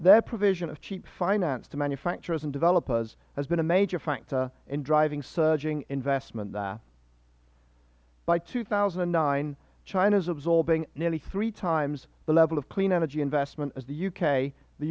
their provision of cheap finance to manufacturers and developers has been a major factor in driving surging investment there by two thousand and nine china is absorbing nearly three times the level of clean energy investment as the u k the